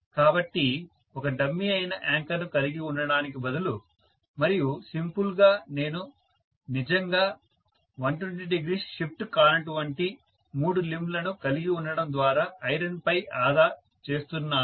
కాబట్టి ఒక డమ్మీ అయిన యాంకర్ను కలిగి ఉండటానికి బదులు మరియు సింపుల్ గా నేను నిజంగా 1200 షిప్ట్ కానటువంటి మూడు లింబ్ లను కలిగి ఉండటం ద్వారా ఐరన్ పై ఆదా చేస్తున్నాను